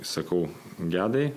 sakau gedai